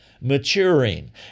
maturing